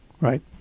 right